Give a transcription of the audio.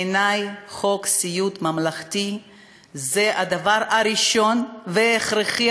בעיני חוק סיעוד ממלכתי זה הדבר הראשון וההכרחי,